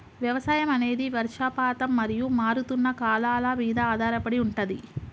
వ్యవసాయం అనేది వర్షపాతం మరియు మారుతున్న కాలాల మీద ఆధారపడి ఉంటది